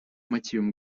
мотивам